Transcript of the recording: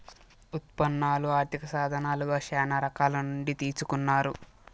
ఉత్పన్నాలు ఆర్థిక సాధనాలుగా శ్యానా రకాల నుండి తీసుకున్నారు